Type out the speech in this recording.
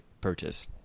purchase